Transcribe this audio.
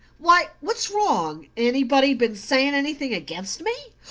why, what's wrong? anybody been saying anything against me?